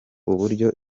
uburyo